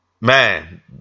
man